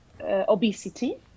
obesity